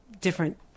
different